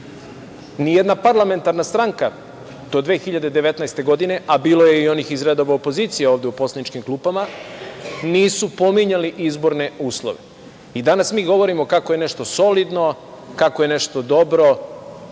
Ni jedna parlamentarna stranka do 2019. godine, a bilo je i onih iz redova opozicije ovde u poslaničkim klupama, nisu pominjali izborne uslove. Danas mi govorimo kako je nešto solidno, kako je nešto dobro.